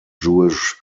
jewish